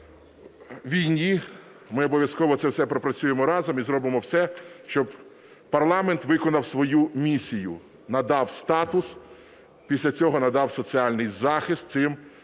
війні. Ми обов'язково це все пропрацюємо разом і зробимо все, щоб парламент виконав свою місію – надав статус, після надав соціальний захист цим